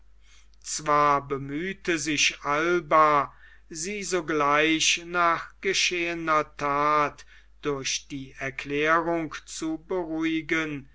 zwar bemühte sich alba sie sogleich nach geschehener that durch die erklärung zu beruhigen